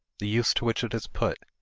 the use to which it is put,